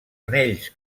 anells